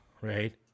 Right